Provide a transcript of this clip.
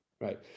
right